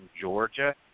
Georgia